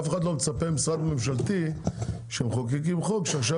אף אחד לא מצפה ממשרד ממשלתי שהם מחוקקים חוק שעכשיו